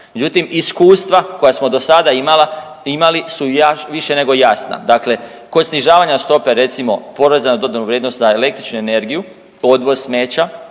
Međutim, iskustva koja smo do sada imali su više nego jasna. Dakle, kod snižavanja stope recimo poreza na dodanu vrijednost na električnu energiju, odvoz smeća